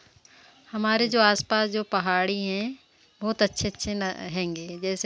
पक्षी निरक्षकों को कोई सुझाव देना चाहती हूँ